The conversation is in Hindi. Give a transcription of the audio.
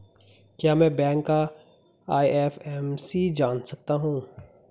क्या मैं बैंक का आई.एफ.एम.सी जान सकता हूँ?